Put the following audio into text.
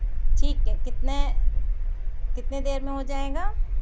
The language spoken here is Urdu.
ٹھیک ہے کتنے کتنے دیر میں ہو جائے گا